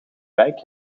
wijk